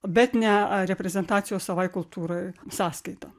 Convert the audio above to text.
bet ne reprezentacijos savai kultūrai sąskaita